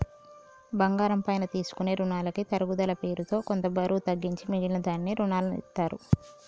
బంగారం పైన తీసుకునే రునాలకి తరుగుదల పేరుతో కొంత బరువు తగ్గించి మిగిలిన దానికి రునాలనిత్తారు